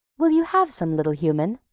will you have some, little human?